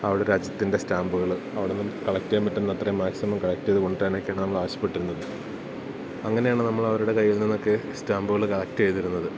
അവിടെ രാജ്യത്തിൻ്റെ സ്റ്റാമ്പുകള് അവിടുന്ന് കളക്റ്റെയ്യാന് പറ്റുന്നത്രയും മാക്സിമം കളക്റ്റെയ്തു കൊണ്ടുവരാനൊക്കെയാണ് നമ്മളാവശ്യപ്പെട്ടിരുന്നത് അങ്ങനെയാണ് നമ്മളവരുടെ കയ്യിൽനിന്നൊക്കെ സ്റ്റാമ്പുകള് കളക്റ്റെയ്തിരുന്നത്